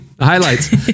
Highlights